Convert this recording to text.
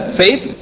faith